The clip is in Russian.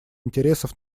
интересов